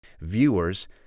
viewers